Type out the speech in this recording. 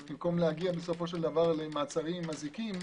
במקום להגיע למעצרים עם אזיקים,